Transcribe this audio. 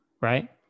right